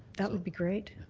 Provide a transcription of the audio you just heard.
that would be great.